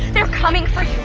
they're coming for